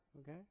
Okay